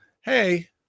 Hey